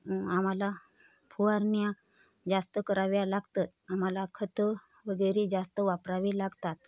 आम्हाला फवारण्या जास्त कराव्या लागतं आम्हाला खतं वगैरे जास्त वापरावे लागतात